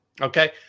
okay